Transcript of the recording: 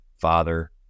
Father